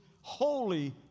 holy